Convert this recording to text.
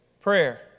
prayer